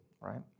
right